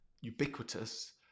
ubiquitous